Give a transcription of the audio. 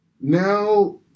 Now